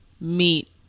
Meet